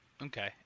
Okay